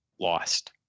lost